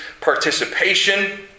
participation